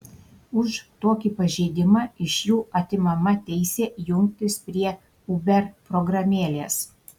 už tokį pažeidimą iš jų atimama teisė jungtis prie uber programėlės